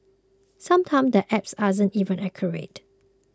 sometimes the apps aren't even accurate